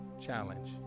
challenge